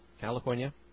California